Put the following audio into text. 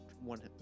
One